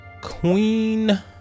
Queen